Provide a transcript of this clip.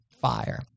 fire